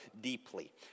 deeply